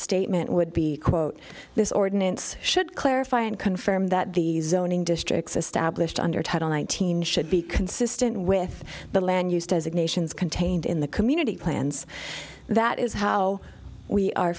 statement would be quote this ordinance should clarify and confirm that the zoning districts established under title nineteen should be consistent with the land use designations contained in the community plans that is how we are